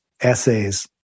essays